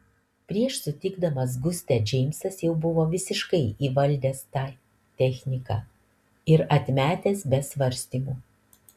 prieš sutikdamas gustę džeimsas jau buvo visiškai įvaldęs tą techniką ir atmetęs be svarstymų